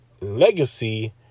legacy